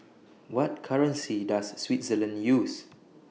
What currency Does Switzerland use